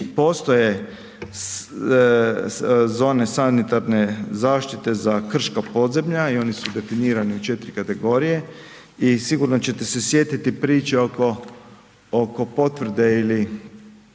postoje zone sanitarne zaštite za krška podzemlja i oni su definirani u 4 kategorije i sigurno ćete se sjetiti priče oko potvrde ili